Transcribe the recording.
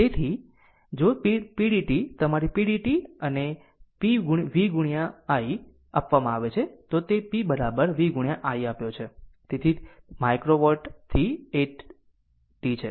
તેથી જો તે pdt તમારી pdt અને p v i આપવામાં આવે છે તો તે p v i આપ્યો છે તેથી તે તમારા માઇક્રો વોટ થી 8 t છે